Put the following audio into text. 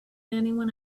anyone